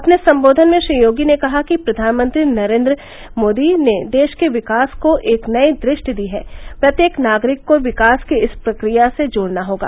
अपने सम्बोधन में श्री योगी ने कहा कि प्रधानमंत्री नरेन्द्र मोदी ने देश के विकास को एक नई दृष्टि दी है प्रत्येक नागरिक को विकास की इस प्रक्रिया से जोड़ना होगा